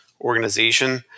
organization